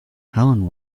helen